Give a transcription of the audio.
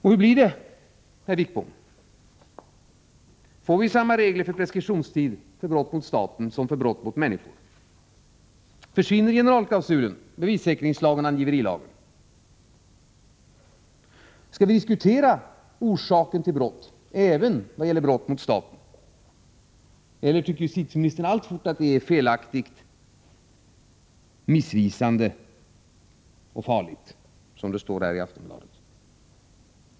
Hur blir det, herr Wickbom, får vi samma regler för preskriptionstid för brott mot staten som för brott mot människorna? Försvinner generalklausulen, bevissäkringslagen och angiverilagen? Skall vi diskutera orsaken till brott även när det gäller brott mot staten? Eller tycker justitieministern alltfort att det är felaktigt, missvisande och farligt, som det står i Aftonbladet?